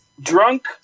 Drunk